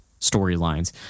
storylines